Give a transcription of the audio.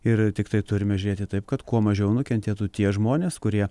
ir tiktai turime žiūrėti taip kad kuo mažiau nukentėtų tie žmonės kurie